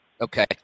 Okay